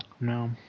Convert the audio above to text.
No